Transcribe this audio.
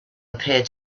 appeared